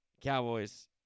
Cowboys